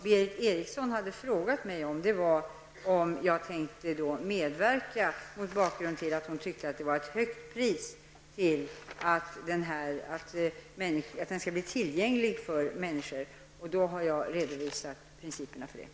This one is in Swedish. Berith Eriksson frågade mig om jag, mot bakgrund av att hon ansåg att priset var för högt, var beredd att medverka till att denna samling görs tillgänglig för mindre bemedlade människor. Jag redovisade då de principer som gäller.